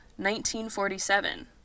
1947